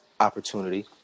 opportunity